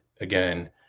again